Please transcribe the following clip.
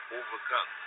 overcome